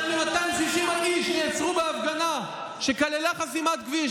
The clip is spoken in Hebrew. יותר מ-260 איש נעצרו בהפגנה שכללה חסימת כביש,